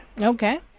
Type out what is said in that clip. Okay